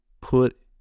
put